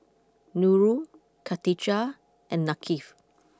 Nurul Khatijah and Thaqif